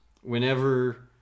Whenever